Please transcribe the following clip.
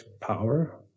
power